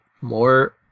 more